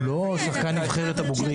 הוא לא שחקן נבחרת הבוגרים.